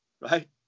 right